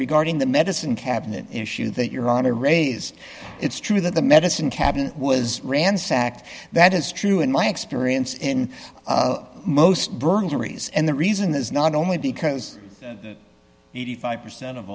regarding the medicine cabinet issue that you're on to raise it's true that the medicine cabinet was ransacked that is true in my experience in most burglaries and the reason is not only because eighty five percent of